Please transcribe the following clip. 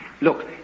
Look